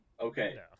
Okay